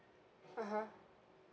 (uh huh)